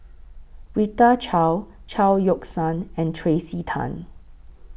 Rita Chao Chao Yoke San and Tracey Tan